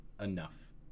enough